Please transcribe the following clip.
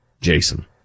Jason